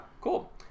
cool